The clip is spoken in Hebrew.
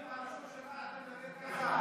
בנאום הראשון שלך אתה מדבר כך?